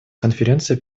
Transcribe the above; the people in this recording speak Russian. конференция